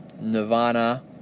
Nirvana